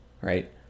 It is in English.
right